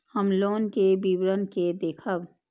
हम लोन के विवरण के देखब?